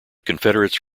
confederates